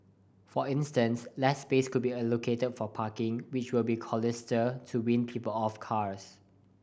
for instance less space could be allocated for parking which will be costlier to wean people off cars